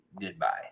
goodbye